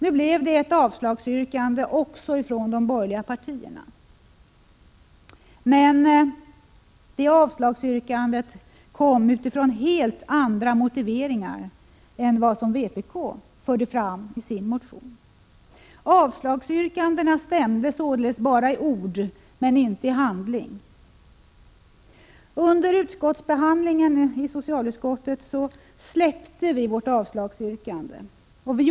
Nu blev det avslagsyrkande också från de borgerliga partierna, men utifrån helt andra motiveringar än vad vpk förde fram i sin motion. Avslagsyrkandena stämde således bara i ord men inte i handling. Under behandlingen i socialutskottet släppte vi vårt avslagsyrkande av två skäl.